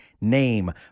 name